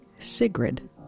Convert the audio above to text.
Sigrid